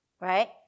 right